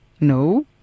No